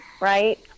right